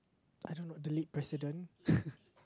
I don't know the late president